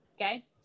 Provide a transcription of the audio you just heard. okay